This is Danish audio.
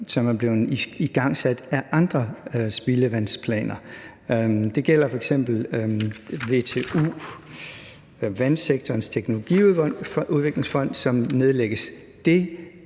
som er blevet igangsat af andre spildevandsplaner. Det gælder f.eks. VTU, Vandsektorens Teknologiudviklingsfond, som nedlægges.